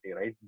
right